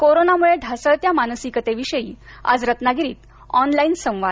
कोरोनामूळे ढासळत्या मानसिकतेविषयी आज रत्नागिरीत ऑनलाइन संवाद